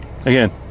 again